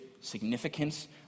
significance